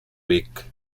vic